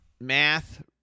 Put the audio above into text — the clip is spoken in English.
math